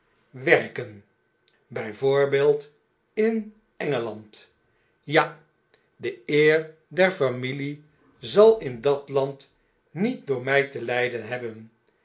werken bij voorbeeld in engeland ja de eer der familie zal in dat land niet door my te lyden hebben